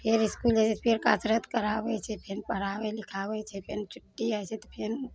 फेर इसकुल जाइ छै फेर कसरत कराबै छै फेर पढ़ाबै लिखाबै छै फेर छुट्टी होइ छै तऽ फेर